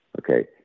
Okay